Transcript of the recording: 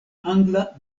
angla